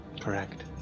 Correct